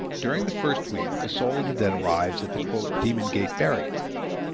during the first week the soul of the dead arrives at the demon gate barrier.